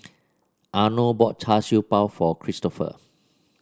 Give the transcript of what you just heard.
Arno bought Char Siew Bao for Kristoffer